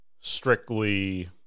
strictly